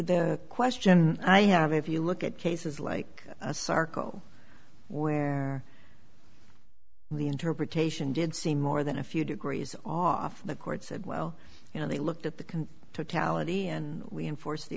question i have if you look at cases like asarco where the interpretation did seem more than a few degrees off the court said well you know they looked at the can tally and we enforce the